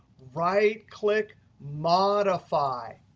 right click modify.